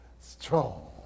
strong